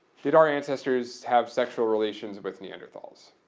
did our ancestors have sexual relations with neanderthals?